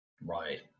Right